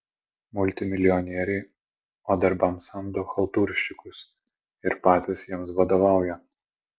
multimilijonieriai o darbams samdo chaltūrščikus ir patys jiems vadovauja